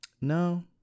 No